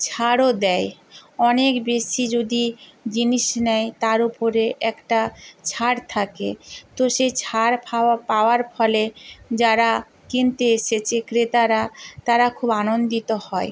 ছাড়ও দেয় অনেক বেশি যদি জিনিস নেয় তার ওপরে একটা ছাড় থাকে তো সেই ছাড় পাওয়ার ফলে যারা কিনতে এসেছে ক্রেতারা তারা খুব আনন্দিত হয়